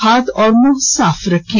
हाथ और मुंह साफ रखें